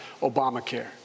Obamacare